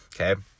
Okay